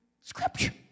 Scripture